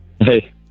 Hey